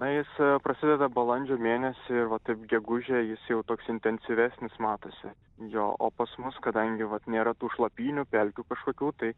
na jis prasideda balandžio mėnesį ir va taip gegužę jis jau toks intensyvesnis matosi jo o pas mus kadangi vat nėra tų šlapynių pelkių kažkokių tai